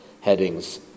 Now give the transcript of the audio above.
headings